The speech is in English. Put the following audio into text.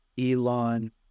Elon